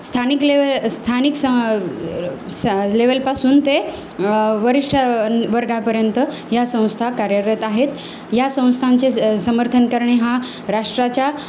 स्थानिक लेवल स्थानिक स सा लेवलपासून ते वरीष्ठ वर्गापर्यंत ह्या संस्था कार्यरत आहेत ह्या संस्थांचे ज समर्थन करणे हा राष्ट्राच्या